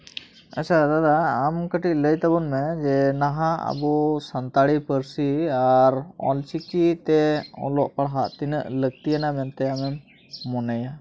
ᱟᱪᱷᱟ ᱫᱟᱫᱟ ᱟᱢ ᱠᱟᱹᱴᱤᱡ ᱞᱟᱹᱭ ᱛᱟᱵᱚᱱ ᱢᱮ ᱡᱮ ᱱᱟᱦᱟᱜ ᱟᱵᱚ ᱥᱟᱱᱛᱟᱲᱤ ᱯᱟᱹᱨᱥᱤ ᱟᱨ ᱚᱞᱪᱤᱠᱤᱛᱮ ᱚᱞᱚᱜ ᱯᱟᱲᱦᱟᱜ ᱛᱤᱱᱟᱹᱜ ᱞᱟᱹᱠᱛᱤᱭᱟᱱᱟᱜ ᱢᱮᱱᱛᱮ ᱟᱢᱮᱢ ᱢᱚᱱᱮᱭᱟ